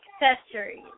accessories